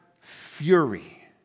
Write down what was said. fury